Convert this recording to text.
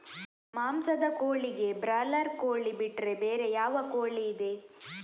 ಮಾಂಸದ ಕೋಳಿಗೆ ಬ್ರಾಲರ್ ಕೋಳಿ ಬಿಟ್ರೆ ಬೇರೆ ಯಾವ ಕೋಳಿಯಿದೆ?